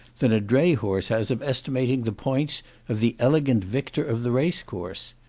than a dray-horse has of estimating the points of the elegant victor of the race-course.